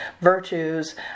virtues